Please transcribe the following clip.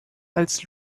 als